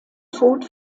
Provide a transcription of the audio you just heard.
tod